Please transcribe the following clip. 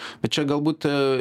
bet čia galbūt